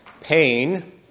pain